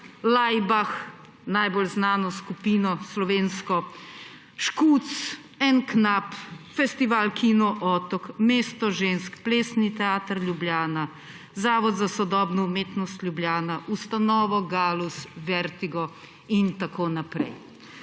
Leibach, najbolj znano slovensko skupino; Škuc, En knap, festival Kino otok, Mesto žensk, Plesni teater Ljubljana, Zavod za sodobno umetnost Ljubljana, Ustanovo Gallus, Vertigo in tako naprej.